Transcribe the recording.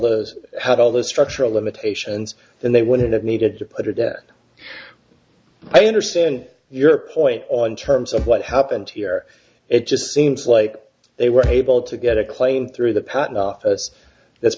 those had all the structural limitations and they wouldn't have needed to put it at i understand your point on terms of what happened here it just seems like they were able to get a claim through the patent office that's